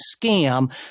scam